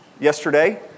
yesterday